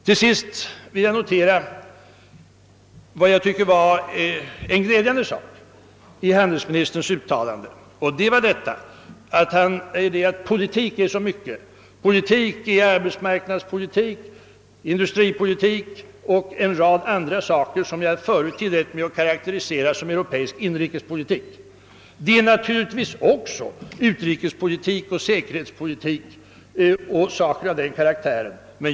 Till sist vill jag notera något som jag tycker var glädjande i handelsministerns uttalande, nämligen hans deklaration att politik är så mycket: arbetsmarknadspolitik, industripolitik och en rad andra saker, som jag förut tillät mig att karakterisera som europeisk inrikespolitik. Det är naturligtvis också utrikespolitik, säkerhetspolitik och annat av den karaktären.